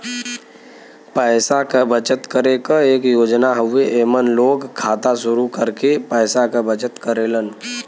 पैसा क बचत करे क एक योजना हउवे एमन लोग खाता शुरू करके पैसा क बचत करेलन